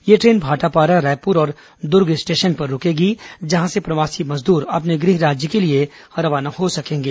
यह ट्रेन भाटापारा रायपुर और दुर्ग स्टेशन पर रूकेगी जहां से प्रवासी श्रमिक अपने गृह राज्य के लिए रवाना हो सकेंगे